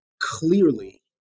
clearly